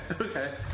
okay